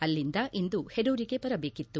ಅಲ್ಲಿಂದ ಇಂದು ಹೆರೂರಿಗೆ ಬರಬೇಕಿತ್ತು